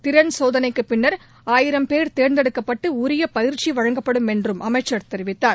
திறன் சோதனைக்கு பின்னர் ஆயிரம் பேர் தேர்ந்தெடுக்கப்பட்டு உரிய பயிற்சி வழங்கப்படும் என்றும் அமைச்சர் தெரிவித்தார்